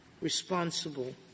responsible